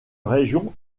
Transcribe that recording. région